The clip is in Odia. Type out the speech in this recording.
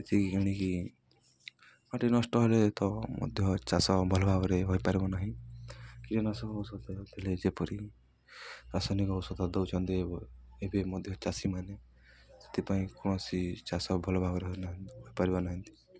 ଏତିକି କିଣିକି ମାଟି ନଷ୍ଟ ହେଲେ ତ ମଧ୍ୟ ଚାଷ ଭଲ ଭାବରେ ହୋଇପାରିବ ନାହିଁ କୀଟନାଶକ ଔଷଧ ଦେଉଥିଲେ ଯେପରି ରାସାୟନିକ ଔଷଧ ଦଉଛନ୍ତି ଏବେ ମଧ୍ୟ ଚାଷୀମାନେ ସେଥିପାଇଁ କୌଣସି ଚାଷ ଭଲ ଭାବରେ ହୋଇପାରିବ ନାହାଁନ୍ତି